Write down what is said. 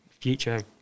future